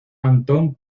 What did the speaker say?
antón